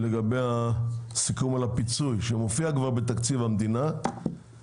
לגבי הסיכום על הפיצוי, שמופיע כבר בתקציב המדינה,